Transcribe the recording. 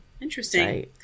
interesting